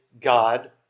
God